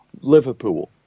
Liverpool